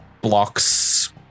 blocks